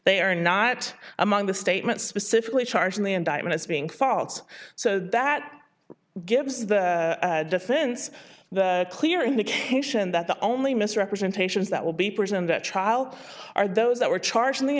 they are not among the statement specifically charged in the indictment as being false so that gives the defense the clear indication that the only misrepresentations that will be presented at trial are those that were charge